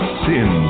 sin